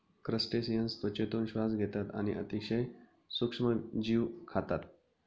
crustaceans त्वचेतून श्वास घेतात आणि अतिशय सूक्ष्म जीव खातात